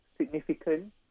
significant